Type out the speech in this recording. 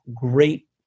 great